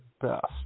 best